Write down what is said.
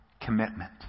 commitment